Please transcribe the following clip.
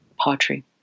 poetry